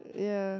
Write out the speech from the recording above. yeah